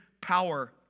power